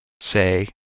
say